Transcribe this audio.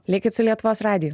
likit su lietuvos radiju